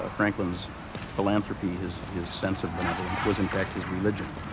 ah franklin's philanthropy, his his sense of benevolence, was in fact his religion.